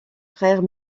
frères